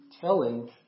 telling